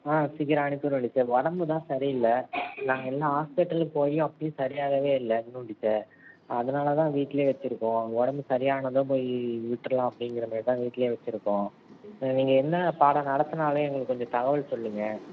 ஆ சீக்கிரம் அனுப்பி விட்றேன் டீச்சர் உடம்பு தான் சரியில்லை நாங்கள் எல்லா ஹாஸ்பிட்டல் போயி அப்போயும் சரியாகவே இல்லை இன்னும் டீச்சர் அதனால் தான் வீட்டிலேயே வச்சுருக்கோம் உடம்பு சரியானதும் போய் விட்டுறலாம் அப்படிங்கற மாரி தான் வீட்டில் வச்சுருக்கோம் நீங்கள் என்ன பாடம் நடத்தினாலும் எங்களுக்கு கொஞ்சம் தகவல் சொல்லுங்க